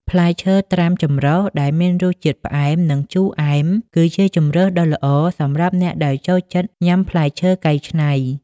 ផ្លែឈើត្រាំចម្រុះដែលមានជាតិផ្អែម និងជូរអែម គឺជាជម្រើសដ៏ល្អសម្រាប់អ្នកដែលចូលចិត្តញ៉ាំផ្លែឈើកែច្នៃ។